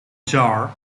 jar